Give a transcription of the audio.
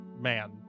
man